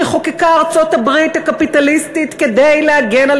שחוקקה ארצות-הברית הקפיטליסטית כדי להגן על